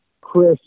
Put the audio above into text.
Chris